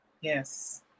Yes